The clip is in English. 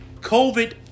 COVID